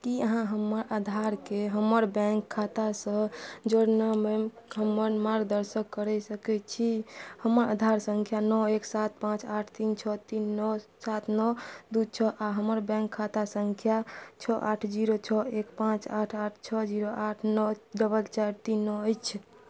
कि अहाँ हमर आधारकेँ हमर बैँक खातासँ जोड़बामे हमर मार्गदर्शन करि सकै छी हमर आधार सँख्या नओ एक सात पाँच आठ तीन छओ तीन नओ सात नओ दुइ छओ आओर हमर बैँक खाता सँख्या छओ आठ जीरो छओ एक पाँच आठ आठ छओ जीरो आठ नओ डबल चारि तीन नओ अछि